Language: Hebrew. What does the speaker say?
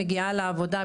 אישה חרדית מגיעה לעבודה,